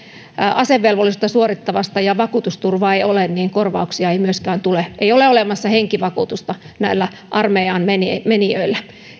asevelvollisuutta suorittavasta ja vakuutusturvaa ei ole niin korvauksia ei myöskään tule ei ole olemassa henkivakuutusta näillä armeijaan menijöillä